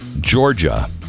georgia